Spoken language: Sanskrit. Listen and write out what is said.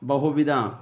बहुविधाः